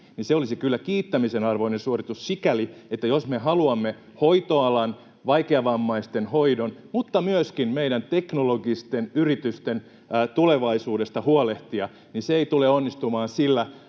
viikon, olisi kyllä kiittämisen arvoinen suoritus sikäli, että jos me haluamme huolehtia hoitoalan, vaikeavammaisten hoidon mutta myöskin meidän teknologisten yritysten tulevaisuudesta, se ei tule onnistumaan sillä